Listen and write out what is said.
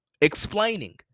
explaining